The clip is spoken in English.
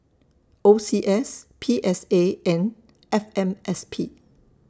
O C S P S A and F M S P